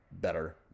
better